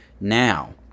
Now